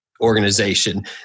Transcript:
organization